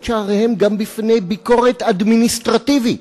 שעריהם גם בפני ביקורת אדמיניסטרטיבית.